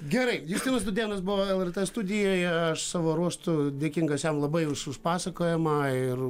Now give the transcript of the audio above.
gerai justinas dūdėnas buvo lrt studijoje aš savo ruožtu dėkingas jam labai už už pasakojamą ir